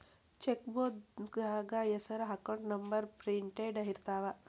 ಚೆಕ್ಬೂಕ್ದಾಗ ಹೆಸರ account number printed ಇರ್ತಾವ